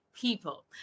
people